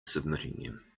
submitting